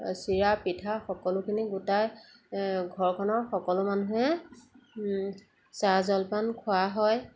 চিৰা পিঠা সকলোখিনি গোটাই ঘৰখনৰ সকলো মানুহে চাহ জলপান খোৱা হয়